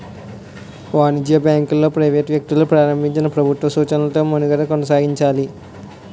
వాణిజ్య బ్యాంకులు ప్రైవేట్ వ్యక్తులు ప్రారంభించినా ప్రభుత్వ సూచనలతో మనుగడ కొనసాగించాలి